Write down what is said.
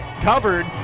covered